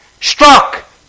Struck